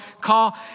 call